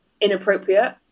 inappropriate